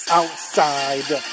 outside